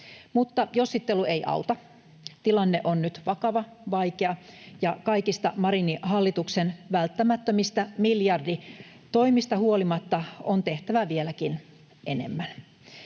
Mutta jossittelu ei auta. Tilanne on nyt vakava ja vaikea, ja kaikista Marinin hallituksen välttämättömistä miljarditoimista huolimatta on tehtävä vieläkin enemmän.